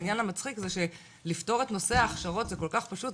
העניין המצחיק זה שלפתור את נושא ההכשרות זה כל כך פשוט,